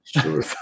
Sure